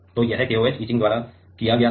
तो यह KOH etching द्वारा किया गया था